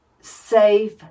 safe